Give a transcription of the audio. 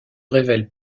révèle